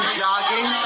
jogging